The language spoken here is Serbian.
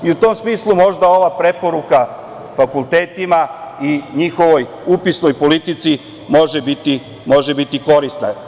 U tom smislu možda ova preporuka fakultetima i njihovoj upisnoj politici može biti korisna.